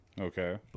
Okay